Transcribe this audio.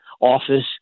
office